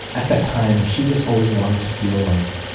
at that time, she just always wanted to feel like,